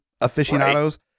aficionados